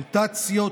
מוטציות,